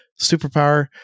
superpower